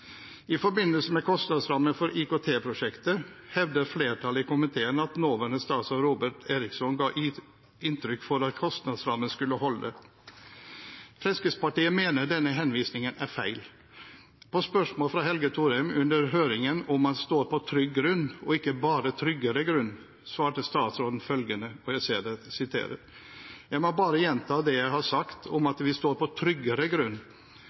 I forbindelse med kostnadsrammen for IKT-prosjektet hevder flertallet i komiteen at nåværende statsråd Robert Eriksson ga inntrykk av at kostnadsrammen skulle holde. Fremskrittspartiet mener denne henvisningen er feil. På spørsmål fra Helge Thorheim under høringen, om man står på trygg grunn og ikke bare tryggere grunn, svarte statsråden følgende: «Jeg må bare gjenta det jeg har sagt om at vi står på tryggere grunn.